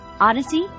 Odyssey